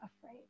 afraid